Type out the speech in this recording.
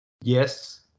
yes